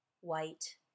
white